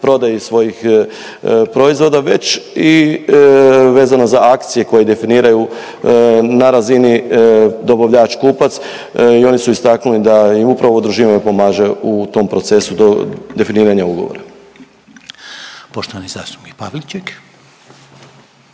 kupoprodaji svojih proizvoda već i vezano za akcije koje definiraju na razini dobavljač kupac i oni su istaknuli da im upravo udruživanje pomaže u tom procesu definiranja ugovora.